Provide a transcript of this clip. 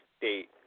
date